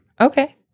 Okay